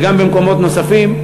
וגם במקומות נוספים,